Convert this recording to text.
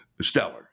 stellar